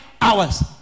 hours